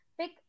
pick